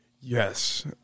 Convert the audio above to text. Yes